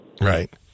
Right